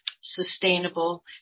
sustainable